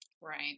Right